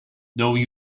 though